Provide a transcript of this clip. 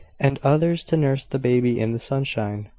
and others to nurse the baby in the sunshine,